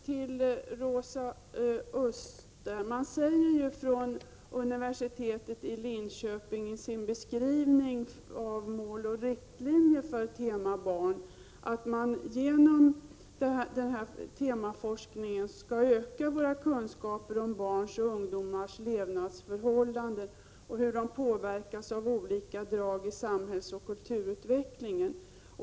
Till Rosa Östh vill jag säga att universitetet i Linköping i sin beskrivning av mål och riktlinjer för tema Barn framhåller att man genom denna temaforskning skall öka våra kunskaper om barns och ungdomars levnadsförhållanden och hur de påverkas av olika inslag i samhällsoch kulturutvecklingen.